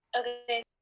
Okay